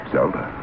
Zelda